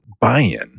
buy-in